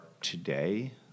today